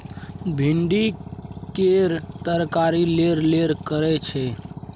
भिंडी केर तरकारी लेरलेर करय छै